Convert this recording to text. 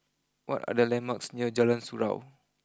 what are the landmarks near Jalan Surau